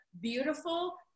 beautiful